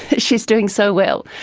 she's doing so well.